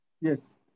Yes